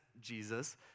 Jesus